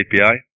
API